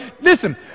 listen